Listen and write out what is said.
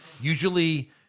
usually